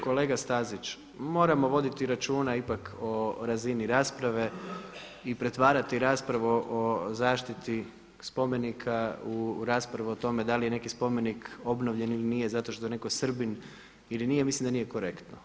Kolega Stazić, moramo voditi računa ipak o razini rasprave i pretvarati raspravu o zaštiti spomenika u raspravu o tome da li je neki spomenik obnovljen ili nije zato što je netko Srbin ili nije ja mislim da nije korektno.